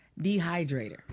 dehydrator